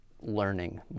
learning